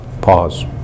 Pause